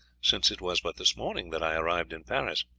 since it was but this morning that i arrived in paris.